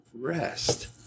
rest